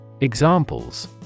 Examples